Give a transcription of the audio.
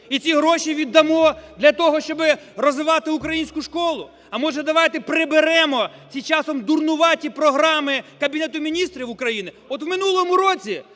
і ці гроші віддамо для того, щоби розвивати українську школу? А може, давайте приберемо ці часом дурнуваті програми Кабінету Міністрів України? От в минулому році